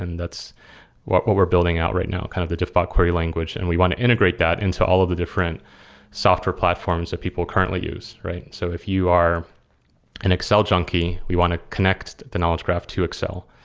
and that's what what we're building out right now, kind of the diffbot query language, and we want to integrate that into all of the different software platforms that people currently use. so if you are an excel junkie, we want to connect the knowledge graph to excel.